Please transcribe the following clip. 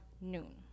noon